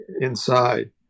inside